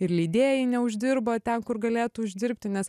ir leidėjai neuždirba ten kur galėtų uždirbti nes